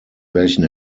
welchen